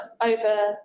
over